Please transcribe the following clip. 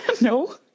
No